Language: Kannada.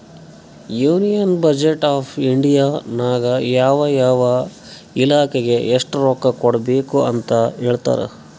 ಯೂನಿಯನ್ ಬಜೆಟ್ ಆಫ್ ಇಂಡಿಯಾ ನಾಗ್ ಯಾವ ಯಾವ ಇಲಾಖೆಗ್ ಎಸ್ಟ್ ರೊಕ್ಕಾ ಕೊಡ್ಬೇಕ್ ಅಂತ್ ಹೇಳ್ತಾರ್